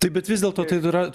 taip bet vis dėlto tai yra